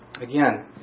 Again